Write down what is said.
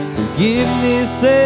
Forgiveness